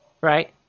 right